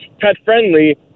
pet-friendly